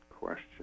question